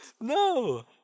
No